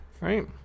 right